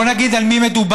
בואו נגיד על מי מדובר: